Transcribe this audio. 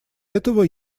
этого